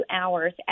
hours